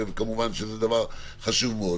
וכמובן שזה דבר חשוב מאוד,